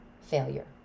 failure